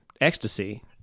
Ecstasy